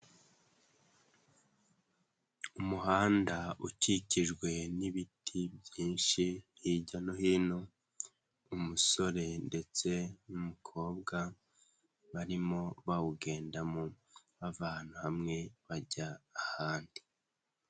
Umuhanda ukikijwe n'ibiti byinshi hirya no hino, umusore ndetse n'umukobwa barimo bawugendamo bava ahantu hamwe bajya ahandi.